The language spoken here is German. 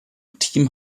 team